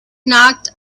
knocked